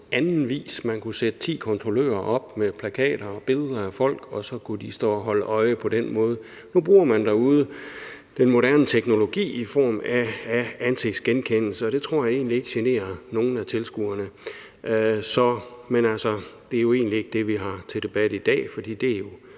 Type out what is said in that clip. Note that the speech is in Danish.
man kunne sætte det op med ti kontrollører, der står med plakater og billeder af folk, og så kunne de stå og holde øje på den måde. Nu bruger man derude den moderne teknologi i form af ansigtsgenkendelse, og det tror jeg egentlig ikke generer nogen af tilskuerne. Men det er jo egentlig ikke det, vi har til debat i dag, for det er jo